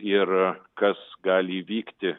ir kas gali įvykti